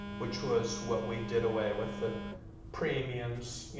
which was what we did away with the premiums,